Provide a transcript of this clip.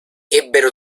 ebbero